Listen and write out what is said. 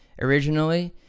originally